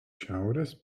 šiaurės